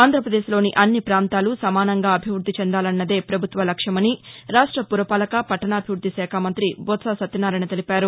ఆంధ్రప్రదేశ్లోని అన్ని ప్రాంతాలూ సమానంగా అభివృద్ది చెందాలన్నదే ప్రభుత్వ లక్ష్యమని రాష్ట పురపాలక పట్టణాభివృద్ధి శాఖ మంత్రి బొత్స సత్యనారాయణ తెలిపారు